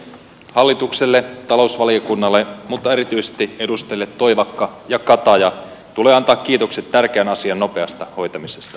hallitukselle talousvaliokunnalle mutta erityisesti edustajille toivakka ja kataja tulee antaa kiitokset tärkeän asian nopeasta hoitamisesta